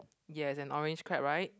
yes an orange crab right